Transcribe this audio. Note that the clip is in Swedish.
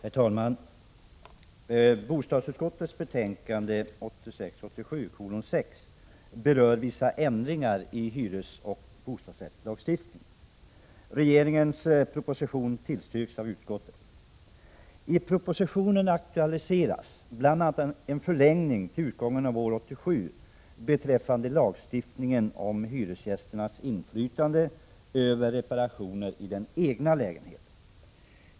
Prot. 1986 87:6 berör vissa ändring 11 december 1986 ar i hyresoch bostadsrättslagstiftningen. Regeringens proposition tillstyrks lagstiftningen om hyresgästernas inflytande över reparationer i den egna lägenheten.